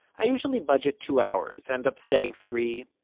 i usually budget two hours, end up staying three,